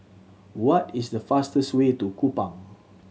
what is the fastest way to Kupang